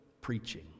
preaching